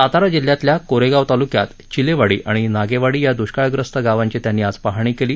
सातारा जिल्ह्यातल्या कोरेगाव तालुक्यात चिलेवाडी आणि नागेवाडी या दुष्काळग्रस्त गावांची त्यांनी आज पाहणी केली